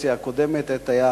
שבקדנציה הקודמת, עת שהיה